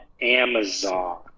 amazon